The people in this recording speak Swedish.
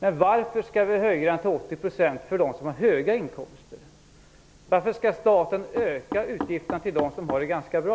Men varför höja till 80 % för dem som har höga inkomster - varför skall staten alltså öka utgifterna genom att ge till dem som har det ganska bra?